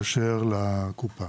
הכובע